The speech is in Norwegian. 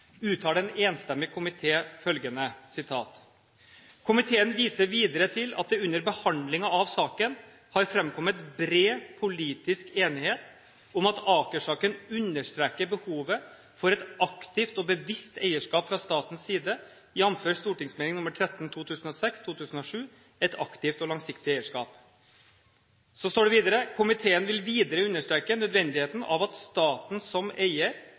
uttaler en enstemmig komité følgende: «Komiteen viser videre til at det under behandlingen av saken har fremkommet bred politisk enighet om at Aker-saken understreker behovet for et aktivt og bevisst eierskap fra statens side, jf. St.meld. nr. 13 Et aktivt og langsiktig eierskap.» Så står det videre: «Komiteen vil videre understreke nødvendigheten av at staten som eier,